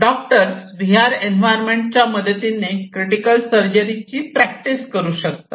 doctors V R एन्व्हायरमेंटच्या मदतीने critical सर्जरीचे प्रॅक्टिस करू शकतात